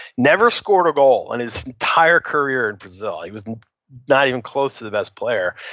never scored a goal in his entire career in brazil. he was not even close to the best player.